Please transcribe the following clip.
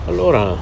Allora